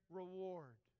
reward